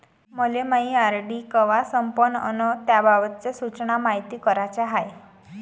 मले मायी आर.डी कवा संपन अन त्याबाबतच्या सूचना मायती कराच्या हाय